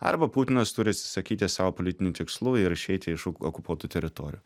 arba putinas turi atsisakyti savo politinių tikslų ir išeiti iš oku okupuotų teritorijų